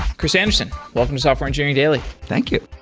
chris anderson, welcome to software engineering daily thank you.